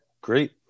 great